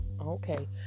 okay